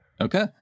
Okay